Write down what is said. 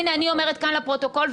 בסדר,